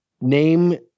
name